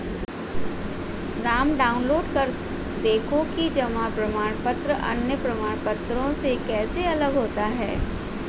Ram download कर देखो कि जमा प्रमाण पत्र अन्य प्रमाण पत्रों से कैसे अलग होता है?